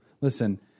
listen